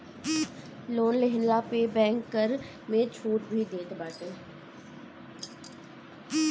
loan लेहला पे bank कर में छुट भी देत बाटे